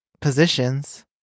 positions